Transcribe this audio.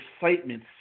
excitement